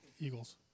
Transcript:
Eagles